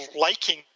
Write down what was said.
Liking